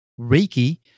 Reiki